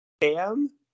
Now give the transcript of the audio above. Bam